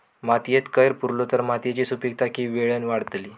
मातयेत कैर पुरलो तर मातयेची सुपीकता की वेळेन वाडतली?